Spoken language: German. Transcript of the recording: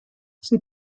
sie